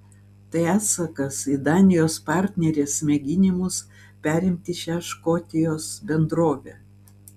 tai atsakas į danijos partnerės mėginimus perimti šią škotijos bendrovę